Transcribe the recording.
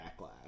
backlash